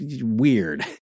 weird